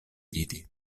vidi